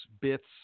bits